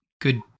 good